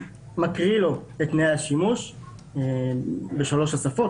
מקריא לו את תנאי השימוש בשלוש שפות,